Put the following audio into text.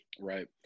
Right